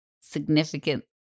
significant –